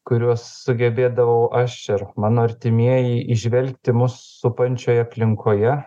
kuriuos sugebėdavau aš ir mano artimieji įžvelgti mus supančioje aplinkoje